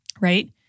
right